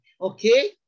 okay